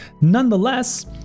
Nonetheless